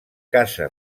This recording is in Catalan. caça